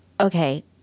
Okay